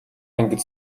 ангид